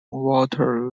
water